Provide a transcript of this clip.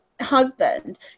husband